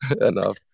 enough